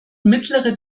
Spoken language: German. mittlere